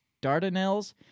Dardanelles